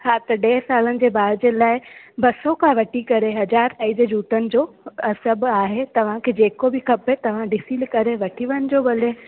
हा त ॾहे सालनि जे ॿार जे लाइ ॿ सौ खां वठी करे हज़ार ताईं जे जूतनि जो सभु आहे तव्हांखे जेको बि खपे तव्हां ॾिसी करे वठी वञ जो भले